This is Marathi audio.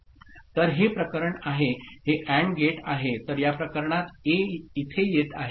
तर हे प्रकरणआहेहे ANDगेट आहेतरया प्रकरणात Aइथे येत आहे